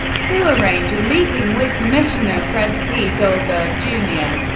to arrange a meeting with commissioner fred t. goldberg, jr.